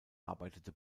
arbeitete